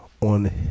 on